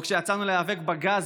או כשיצאנו להיאבק בגז,